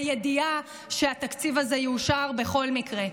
בידיעה שהתקציב הזה יאושר בכל מקרה.